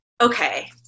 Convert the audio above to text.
okay